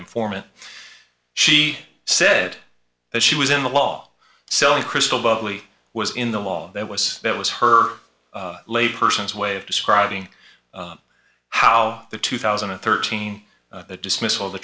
informant she said that she was in the law selling crystal lovely was in the law that was that was her laypersons way of describing how the two thousand and thirteen dismissal of the